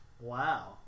wow